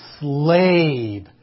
slave